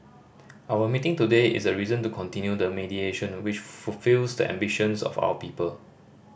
our meeting today is a reason to continue the mediation which fulfils the ambitions of our people